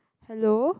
hello